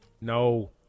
No